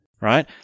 right